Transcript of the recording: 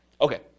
Okay